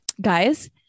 guys